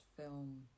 film